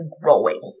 growing